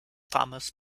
thomas